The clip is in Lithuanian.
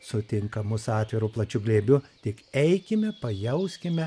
sutinka mus atviru plačiu glėbiu tik eikime pajauskime